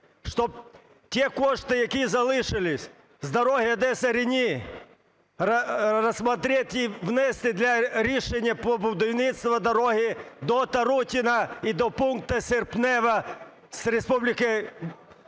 щоб ті кошти, які залишились з дороги Одеса-Рені, рассмотреть і внести рішення по будівництву дороги до Тарутине і до пункту Серпнева з Республікою Молдова,